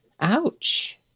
Ouch